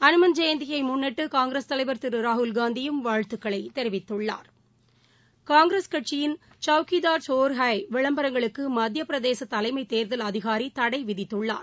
அனுமன் ஜெயந்தியை முன்னிட்டு காங்கிரஸ்தலைவர் திரு ராகுல் காந்தியும் வாழ்த்தக்களை தெரிவித்துள்ளார் காங்கிரஸ் கட்சியின் சவுக்கிதார் சோர் ஹய் விளம்பரங்களுக்கு மத்திய பிரதேச தலைமை தேர்தல் அதிகாரி தடை விதித்துள்ளார்